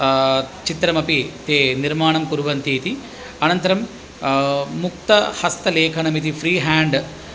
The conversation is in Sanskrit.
चित्रमपि ते निर्माणं कुर्वन्ति इति अनन्तरं मुक्तहस्तलेखणम् इति फ़्रि हेण्ड्